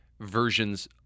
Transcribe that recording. versions